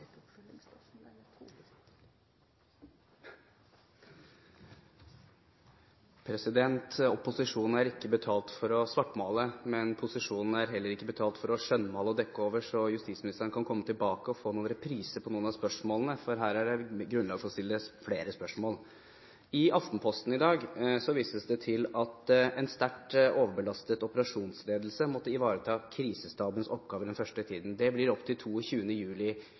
Opposisjonen er ikke betalt for å svartmale, men posisjonen er heller ikke betalt for å skjønnmale og dekke over, så justisministeren kan komme tilbake til talerstolen og få noen av spørsmålene i reprise, for her er det grunnlag for å stille flere. I Aftenposten i dag vises det til at en sterkt overbelastet operasjonsledelse måtte ivareta krisestabens oppgaver den første tiden. Det blir det opp til